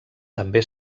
també